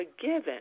forgiven